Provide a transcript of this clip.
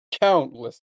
countless